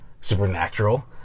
supernatural